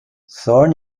thorn